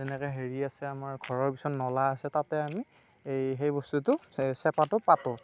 এনেকৈ হেৰি আছে আমাৰ ঘৰৰ পিছত নলা আছে তাতে আমি সেই বস্তুটো চেপাটো পাতোঁ